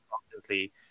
constantly